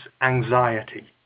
anxiety